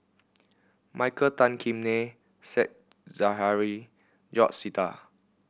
Michael Tan Kim Nei Said Zahari George Sita